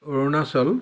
Arunachal